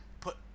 put